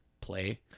play